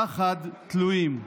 פחד תלויים".